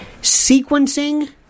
Sequencing